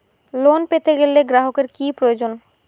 Loan পেতে গেলে গ্রাহকের কি প্রয়োজন?